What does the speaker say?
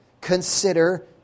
consider